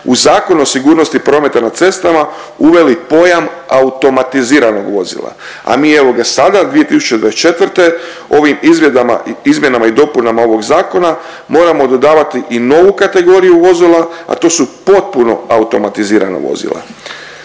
u Zakon o sigurnosti prometa na cestama uveli pojam automatiziranog vozila, a mi evo ga sada 2024. ovim izmjenama i dopunama ovog zakona moramo dodavati i novu kategoriju vozila, a to su potpuno automatizirana vozila.